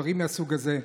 דברים מהסוג הזה.